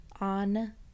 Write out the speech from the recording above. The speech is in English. on